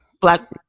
black